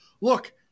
Look